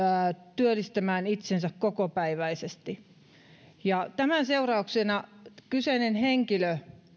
työllistämään itseään kokopäiväisesti tämän seurauksena kyseinen henkilö